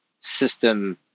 system